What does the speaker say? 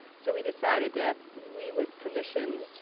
so we decided that we would commission